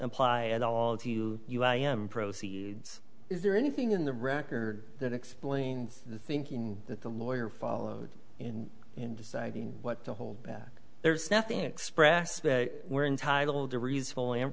apply at all to you i am proceeds is there anything in the record that explains the thinking that the lawyer followed in deciding what to hold that there is nothing express we're entitled to reasonable